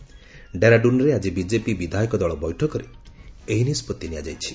ଡେରାଡୁନରେ ଆଜି ବିଜେପି ବିଧାୟକ ଦଳ ବୈଠକରେ ଏହି ନିଷ୍କଭି ନିଆଯାଇଛି